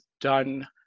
done